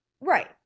Right